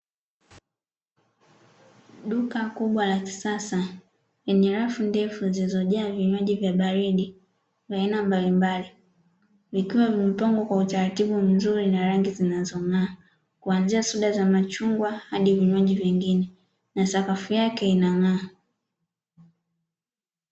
Duka kubwa la kisasa lenye rafu ndefu zilizojaa vinywaji vya baridi vya aina mbalimbali, vikiwa vimepangwa kwa utaratibu mzuri na rangi zinazong'aa kuanzia soda za machungwa hadi vinywaji vingine, na sakafu yake inang'aa.